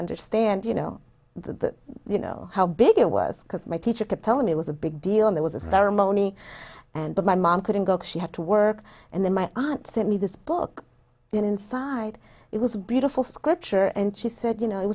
understand you know the you know how big it was because my teacher kept telling me it was a big deal there was a ceremony and that my mom couldn't go she had to work and then my aunt sent me this book and inside it was a beautiful scripture and she said you know it